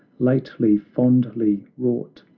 lately fondly wrought,